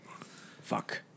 Fuck